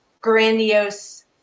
grandiose